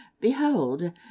behold